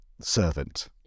servant